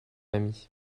ami